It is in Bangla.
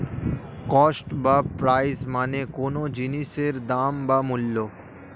কস্ট বা প্রাইস মানে কোনো জিনিসের দাম বা মূল্য